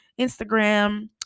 Instagram